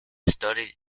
studied